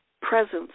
presence